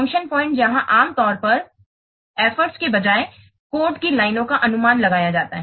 function point जहां आम तौर पर प्रयास के बजाय कोड की लाइनों का अनुमान लगाया जाता था